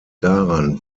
daran